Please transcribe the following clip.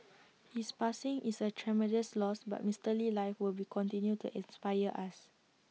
his passing is A tremendous loss but Mister Lee's life will be continue to inspire us